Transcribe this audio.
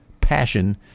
passion